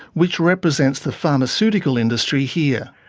which represents the pharmaceutical industry here.